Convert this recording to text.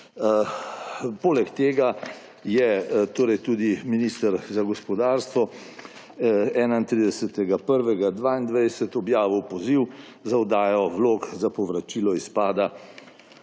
Poleg tega je torej tudi minister za gospodarstvo 31. 1. 2022 objavil poziv za oddajo vlog za povračilo izpada